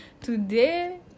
Today